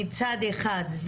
גם אנחנו,